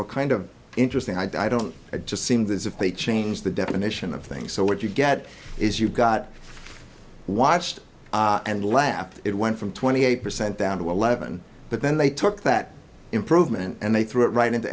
were kind of interesting i don't just seemed as if they change the definition of things so what you get is you've got watched and laughed it went from twenty eight percent down to eleven but then they took that improvement and they threw it right into